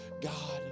God